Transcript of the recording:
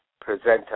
presenter